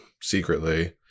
secretly